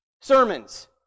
sermons